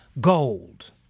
gold